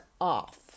off